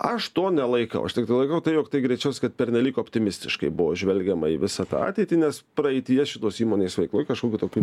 aš to nelaikau aš tiktai laikau tai jog tai greičiaus kad pernelyg optimistiškai buvo žvelgiama į visą tą ateitį nes praeityje šitos įmonės veikla kažkokių tokių